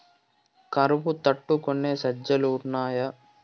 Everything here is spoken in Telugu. కరువు తట్టుకునే సజ్జలు ఉన్నాయా